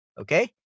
Okay